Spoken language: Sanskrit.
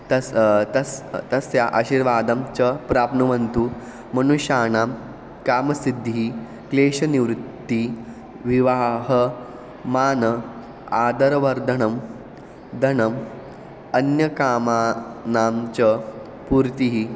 तस्य तस्य तस्य आशीर्वादं च प्राप्नुवन्तु मनुष्याणां कामसिद्धिः क्लेशनिवृत्तिः विवाहः मानवः आदरवर्धनं धनम् अन्यकामानां च पूर्तिः